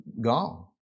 gone